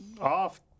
off